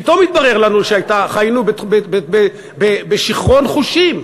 פתאום התברר לנו שחיינו בשיכרון חושים.